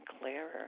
clearer